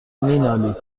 مینالید